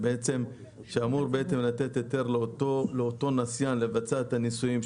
שאמור לתת היתר לאותו נסיין לבצע את הניסויים,